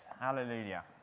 Hallelujah